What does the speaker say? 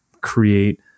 create